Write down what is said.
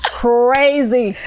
crazy